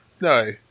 No